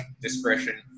discretion